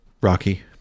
Rocky